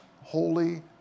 holy